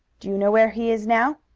do you know where he is now?